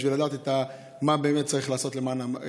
בשביל לדעת מה באמת צריך לעשות למענם,